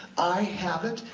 i have it.